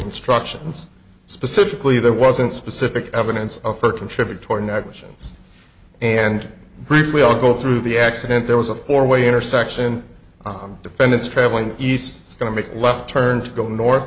instructions specifically there wasn't specific evidence for contributory negligence and briefly i'll go through the accident there was a four way intersection on defendant's traveling east going to make a left turn to go north